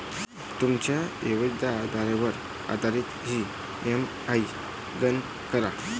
तुमच्या व्याजदरावर आधारित ई.एम.आई गणना करा